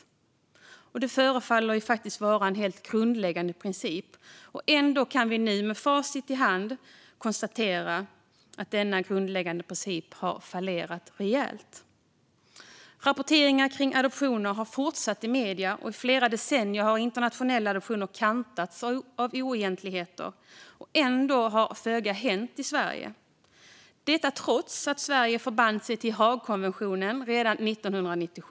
Detta förefaller ju vara en helt grundläggande princip, men ändå kan vi nu med facit i hand konstatera att denna grundläggande princip har fallerat rejält. Rapporteringen kring adoptioner har fortsatt i medier. I flera decennier har internationella adoptioner kantats av oegentligheter. Föga har hänt i Sverige, trots att Sverige redan 1997 förband sig till Haagkonventionen.